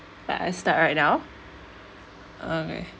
uh start right now okay